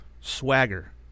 swagger